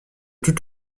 tout